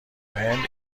هند